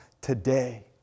today